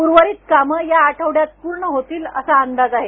उर्वरित कामं या आठवड्यात पूर्ण होतील असा अंदाज आहे